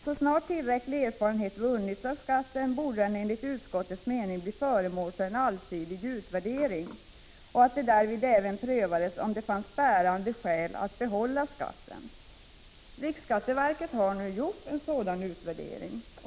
Så snart tillräcklig erfarenhet vunnits av skatten borde den, enligt utskottets mening, bli föremål för en allsidig utvärdering. Därvid skulle det även prövas om det fanns bärande skäl att behålla skatten. Riksskatteverket har nu gjort en sådan utvärdering.